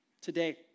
today